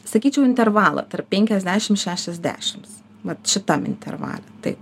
sakyčiau intervalą tarp penkiasdešimt šešiasdešimt vat šitam intervale taip